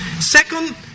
Second